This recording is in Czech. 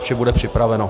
Vše bude připraveno.